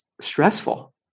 stressful